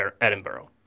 Edinburgh